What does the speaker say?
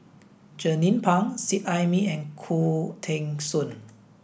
Jernnine Pang Seet Ai Mee and Khoo Teng Soon